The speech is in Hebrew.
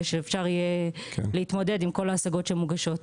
שאפשר יהיה להתמודד עם כל ההשגות שמוגשות.